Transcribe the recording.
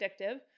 addictive